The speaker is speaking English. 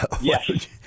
yes